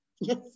Yes